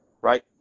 right